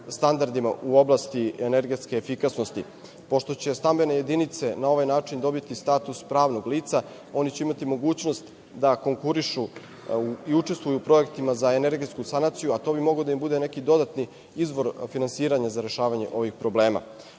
standardima u oblasti energetske efikasnosti. Pošto će stambene jedinice na ovaj način dobiti status pravnog lica, oni će imati mogućnost da konkurišu i da učestvuju u projektima za energetsku sanaciju, a to bi mogao da im bude neki dodatni izvor finansiranja i za rešavanje ovih problema. Zakon